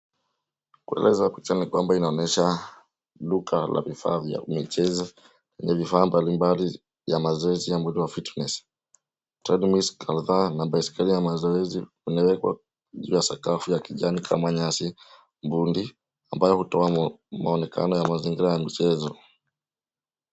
Kueleza picha ni kwamba inaonyesha duka la vifaa vya michezo yenye vifaa mbalimbali ya mazoezi au body fitness , trellis kadhaa na baiskeli ya mazoezi vimewekwa juu ya sakafu ya kijani kama nyasi gundi ambayo hutoa mwonekano wa mazingira ya michezo.